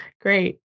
Great